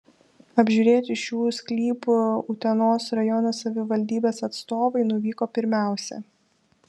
apžiūrėti šių sklypų utenos rajono savivaldybės atstovai nuvyko pirmiausia